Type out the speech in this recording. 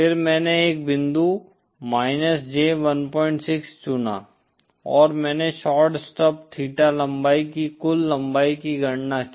फिर मैंने एक बिंदु माइनस J 16 चुना और मैंने शॉर्ट स्टब थीटा लंबाई की कुल लंबाई की गणना की